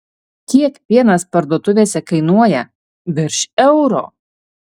kiek pienas parduotuvėse kainuoja virš euro